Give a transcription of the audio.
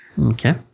Okay